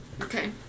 okay